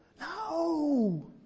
No